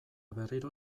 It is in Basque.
berriro